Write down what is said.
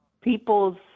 People's